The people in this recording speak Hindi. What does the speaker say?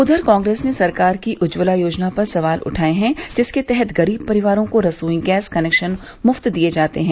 उधर कांग्रेस ने सरकार की उज्ज्वला योजना पर सवाल उठाये हैं जिसके तहत गरीब परिवारों को रसोई गैस कनेक्शन मुफ्त दिये जाते हैं